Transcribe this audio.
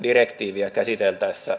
arvoisa puhemies